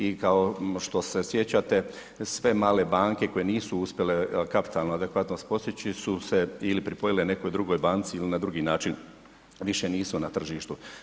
I kao što se sjećate sve male banke koje nisu uspjele kapitalno adekvatnost postići su se ili pripojile nekoj drugoj banci ili na drugi način, više nisu na tržištu.